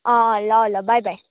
अँ ल ल बाई बाई